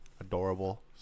adorable